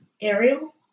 Ariel